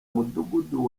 mudugudu